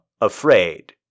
afraid